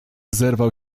zerwał